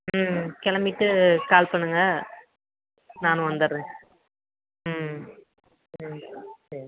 ம் கிளம்பிட்டு கால் பண்ணுங்கள் நானும் வந்துடுறேன் ம் ம் சரி